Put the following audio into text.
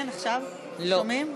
עכשיו שומעים?